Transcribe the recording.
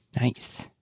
nice